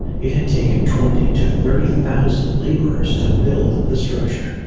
it had taken twenty to thirty thousand laborers to build the structure